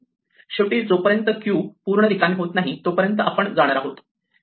शेवटी जोपर्यंत क्यू पूर्ण रिकामी होत नाही तोपर्यंत आपण जाणार आहोत